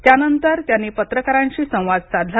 त्यानंतर त्यांनी पत्रकारांशी संवाद साधला